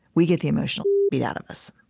we get the emotional beat out of us.